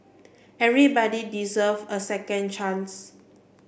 everybody deserve a second chance